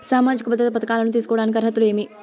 సామాజిక భద్రత పథకాలను తీసుకోడానికి అర్హతలు ఏమి?